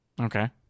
Okay